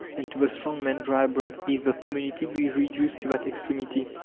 and to the strong man dry bread, if the community be reduced to that extremity.